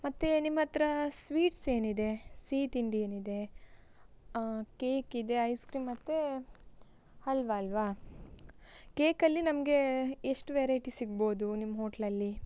ಮತ್ತೆ ನಿಮ್ಮ ಹತ್ರ ಸ್ವೀಟ್ಸ್ ಏನಿದೆ ಸಿಹಿ ತಿಂಡಿ ಏನಿದೆ ಕೇಕ್ ಇದೆ ಐಸ್ ಕ್ರೀಮ್ ಮತ್ತು ಹಲ್ವಾ ಅಲ್ಲವಾ ಕೇಕಲ್ಲಿ ನಮಗೆ ಎಷ್ಟು ವೆರೈಟಿ ಸಿಗ್ಬೋದು ನಿಮ್ಮ ಹೋಟ್ಲಲ್ಲಿ